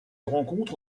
rencontre